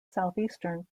southeastern